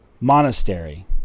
monastery